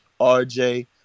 RJ